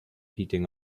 heating